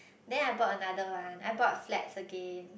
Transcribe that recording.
then I bought another one I bought flats again